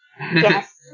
Yes